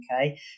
okay